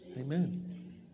amen